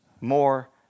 more